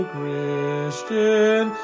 Christian